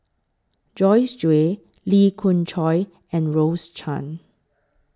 Joyce Jue Lee Khoon Choy and Rose Chan